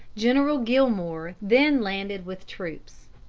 general gillmore then landed with troops.